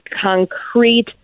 concrete